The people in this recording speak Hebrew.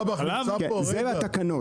זה לתקנות.